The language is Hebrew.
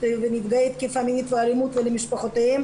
ונפגעי תקיפה מינית ואלימות ולמשפחותיהם,